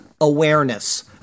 awareness